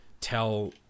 tell